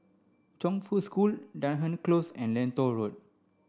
Chongfu School Dunearn Close and Lentor Road